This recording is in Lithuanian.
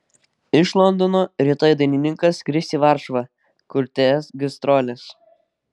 iš londono rytoj dainininkas skris į varšuvą kur tęs gastroles